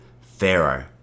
Pharaoh